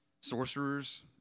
sorcerers